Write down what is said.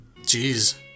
Jeez